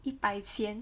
一百千